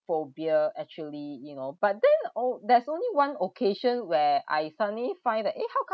phobia actually you know but then oh there's only one occasion where I suddenly find that eh how come